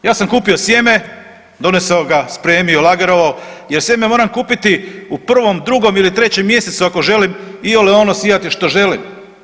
Ja sam kupio sjeme, donesao ga, spremio, lagerovao jer sjeme moram kupiti u prvom, drugom ili trećem mjesecu ako želim iole ono sijati što želim.